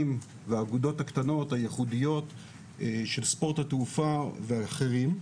והאגודות הקטנות הייחודיות של ספורט התעופה ואחרים.